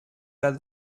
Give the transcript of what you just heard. that